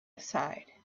aside